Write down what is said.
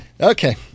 Okay